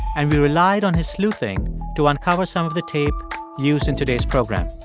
and we relied on his sleuthing to uncover some of the tape used in today's program.